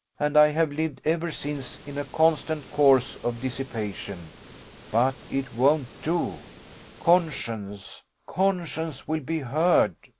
and i have lived ever since in a constant course of dissipation but it won't do conscience, conscience will be heard!